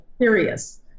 serious